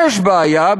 יש בעיה,